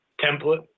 template